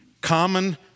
common